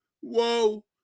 Whoa